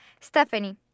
Stephanie